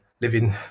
living